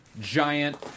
giant